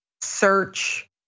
search